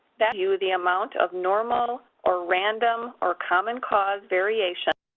that you the amount of normal or random or common cause variation